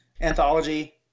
anthology